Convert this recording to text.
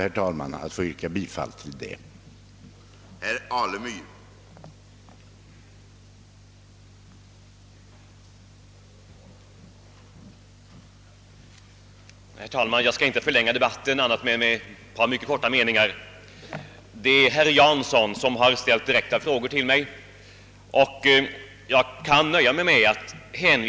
Jag ber att få yrka bifall till utskottets hemställan.